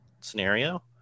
scenario